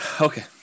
okay